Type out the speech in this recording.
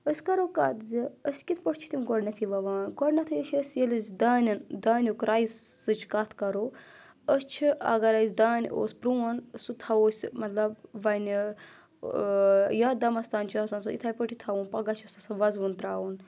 أسۍ کَرو کَتھ زِ أسۍ کِتھ پٲٹھۍ چھِ تِم گۄڈنؠتھٕے وَوان گۄڈنؠتھٕے چھِ أسۍ ییٚلہِ أسۍ دانؠن دانیُک رایِسٕچ کَتھ کَرو أسۍ چھِ اگر أسۍ دانہِ اوس پرٛون سُہ تھاوو أسۍ مطلب وَنہِ یَتھ دَمَس تانۍ چھُ آسان سُہ اِتھَے پٲٹھۍ تھاوُن پَگاہ چھُس آسان وَزوُن ترٛاوُن